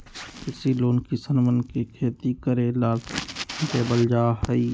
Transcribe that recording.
कृषि लोन किसनवन के खेती करे ला देवल जा हई